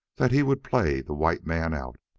that he would play the white man out.